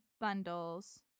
bundles